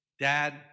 dad